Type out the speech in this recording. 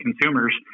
consumers